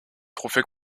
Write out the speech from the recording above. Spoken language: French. trophée